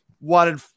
wanted